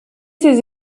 ses